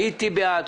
הייתי בעד,